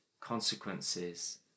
consequences